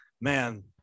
man